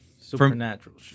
supernatural